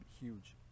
huge